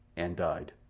and died.